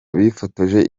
bifotoje